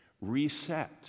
reset